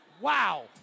Wow